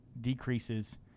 decreases